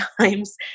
times